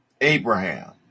Abraham